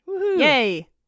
Yay